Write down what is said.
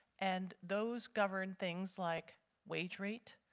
and those govern things like wage rate,